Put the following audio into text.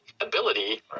ability